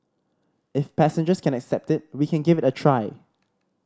if passengers can accept it we can give it a try